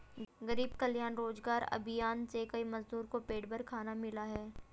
गरीब कल्याण रोजगार अभियान से कई मजदूर को पेट भर खाना मिला है